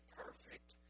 perfect